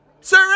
Sir